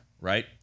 right